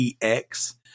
EX